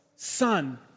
Son